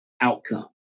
outcome